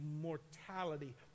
mortality